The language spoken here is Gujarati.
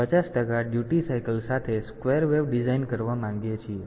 5 પર 50 ટકા ડ્યુટી સાયકલ સાથે સ્કવેર વેવ ડિઝાઇન કરવા માંગીએ છીએ